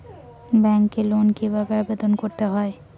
ব্যাংকে লোন কিভাবে আবেদন করতে হয়?